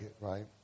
right